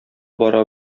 бара